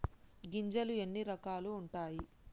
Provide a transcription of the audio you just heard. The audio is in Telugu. గింజలు ఎన్ని రకాలు ఉంటాయి?